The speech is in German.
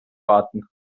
warten